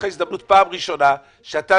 חוץ ממה